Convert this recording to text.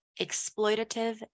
exploitative